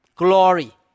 Glory